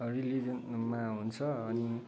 रिलिजियनमा हुन्छ अनि